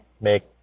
make